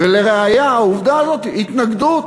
לראיה העובדה הזאת, התנגדות.